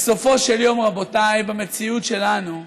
בסופו של יום, רבותיי, במציאות שלנו,